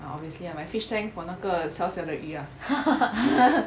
obviously lah my fish tank for 那个小小的鱼 ah